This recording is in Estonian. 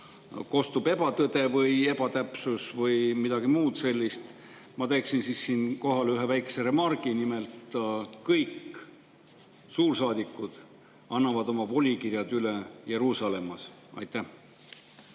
kostub ebatõde või ebatäpsus või midagi muud sellist. Ma teeksin siinkohal ühe väikse remargi: nimelt, kõik suursaadikud annavad oma volikirjad üle Jeruusalemmas. Mul